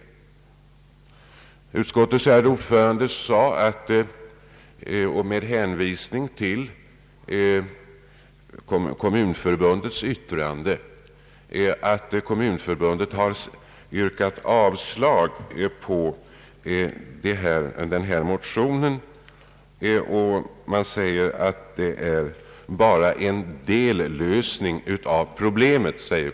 Utskotteis ordförande sade med hänvisning till Kommunförbundets yttrande, att Kommunförbundet yrkat avslag på motionen. Kommunförbundet säger att det bara är en dellösning av problemet.